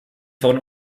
von